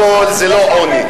קודם כול, זה לא עוני.